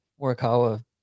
Morikawa